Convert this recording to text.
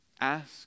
Ask